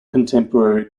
contemporary